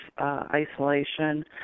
isolation